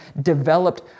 developed